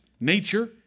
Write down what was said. nature